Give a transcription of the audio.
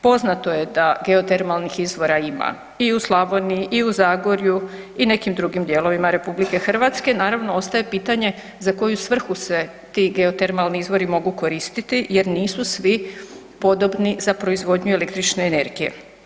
Poznato je da geotermalnih izvora ima i u Slavoniji, i u Zagorju i u nekim drugim dijelovima RH, naravno ostaje pitanje za koju svrhu se ti geotermalni izvori mogu koristiti jer nisu svi podobni za proizvodnju električne energije.